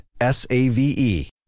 S-A-V-E